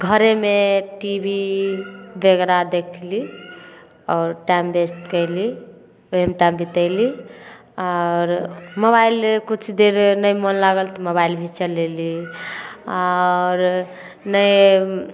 घरेमे T V वगैरह देखली आओर टाइम व्यस्त कएली फेर टाइम बितेली आओर मोबाइले किछु देर नहि मोन लागल तऽ मोबाइल भी चलेली आओर नहि